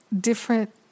different